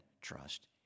trust